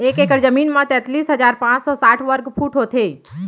एक एकड़ जमीन मा तैतलीस हजार पाँच सौ साठ वर्ग फुट होथे